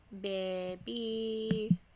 Baby